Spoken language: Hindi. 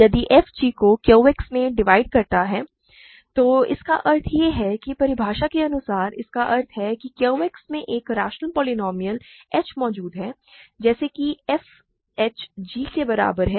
यदि f g को Q X में डिवाइड करता है तो इसका अर्थ यह है कि परिभाषा के अनुसार इसका अर्थ है कि Q X में एक रैशनल पोलीनोमिअल h मौजूद है जैसे कि f h g के बराबर है